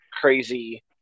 crazy